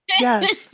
Yes